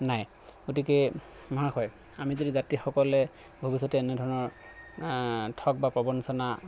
নাই গতিকে মহাশয় আমি যদি যাত্ৰীসকলে ভৱিষ্যতে এনেধৰণৰ ঠগ বা প্ৰবঞ্চনা